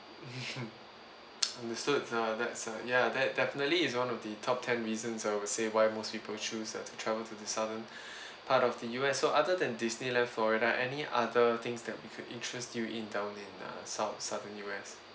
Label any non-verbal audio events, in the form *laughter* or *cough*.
*laughs* understood uh that's ya that definitely is one of the top ten reasons I would say why most people choose to travel to the southern part of the U_S so other than disneyland florida any other things that we could interest you in down in south southern U_S